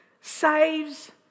saves